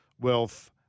wealth